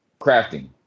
Crafting